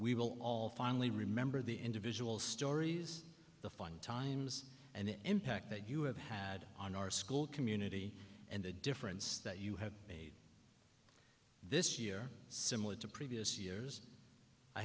we will all finally remember the individual stories the fun times and the impact that you have had on our school community and the difference that you have made this year similar to previous years i